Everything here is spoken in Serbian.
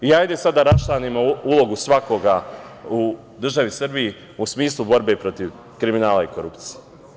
Hajde sada da rasčlanimo ulogu svakoga u državi Srbiji u smislu borbe protiv kriminala i korupcije.